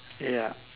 ya